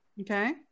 okay